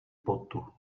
potu